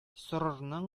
сорырның